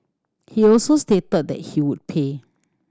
he also stated that he would pay